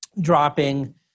dropping